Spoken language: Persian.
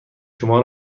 شما